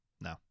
No